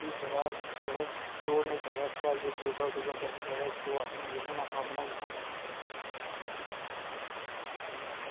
की थोह्ड़ा दौड़ना चाहिदा थोह्ड़ा योगा करना चाहिदा आसन बनाई लैना